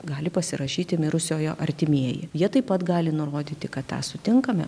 gali pasirašyti mirusiojo artimieji jie taip pat gali nurodyti kad tą sutinkame